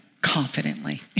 confidently